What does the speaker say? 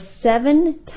seven